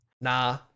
Nah